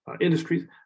industries